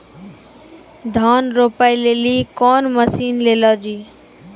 धान रोपे लिली कौन मसीन ले लो जी?